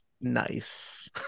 Nice